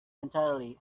entirely